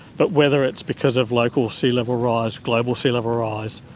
but whether it's because of local sea level rise, global sea level rise,